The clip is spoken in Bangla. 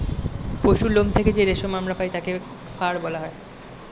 পশুর লোম থেকে যেই রেশম আমরা পাই তাকে ফার বলা হয়